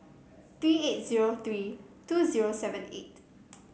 three eight zero three two zero seven eight